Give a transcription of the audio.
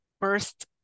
first